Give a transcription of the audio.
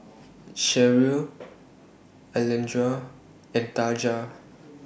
Sherrill Alondra and Taja